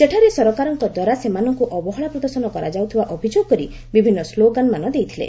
ସେଠାରେ ସରକାରଙ୍କ ଦ୍ୱାରା ସେମାନଙ୍କୁ ଅବହେଳା ପ୍ରଦର୍ଶନ କରାଯାଉଥିବା ଅଭିଯୋଗ କରି ବିଭିନ୍ନ ସ୍କୋଗାନ ଦେଇଥିଲେ